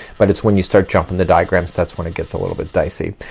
but it's when you start jumping the diagrams that's when it gets a little bit dicey.